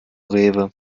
rewe